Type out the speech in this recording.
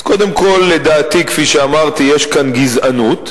קודם כול, כפי שאמרתי יש כאן גזענות,